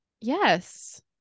yes